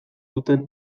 duten